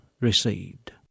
received